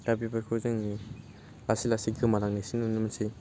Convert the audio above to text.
दा बेफोरखौ जोंनि लासै लासै गोमालांनायसो नुनो मोनोसै